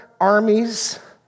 armies